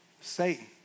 Satan